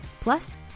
Plus